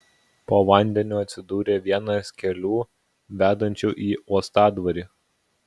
po vandeniu atsidūrė vienas kelių vedančių į uostadvarį